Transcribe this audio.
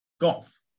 golf